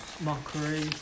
Mockery